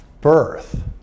birth